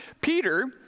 Peter